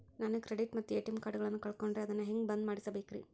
ನಾನು ಕ್ರೆಡಿಟ್ ಮತ್ತ ಎ.ಟಿ.ಎಂ ಕಾರ್ಡಗಳನ್ನು ಕಳಕೊಂಡರೆ ಅದನ್ನು ಹೆಂಗೆ ಬಂದ್ ಮಾಡಿಸಬೇಕ್ರಿ?